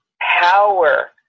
power